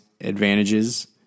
advantages